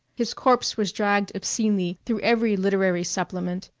his corpse was dragged obscenely through every literary supplement.